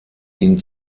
ihn